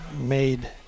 made